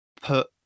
put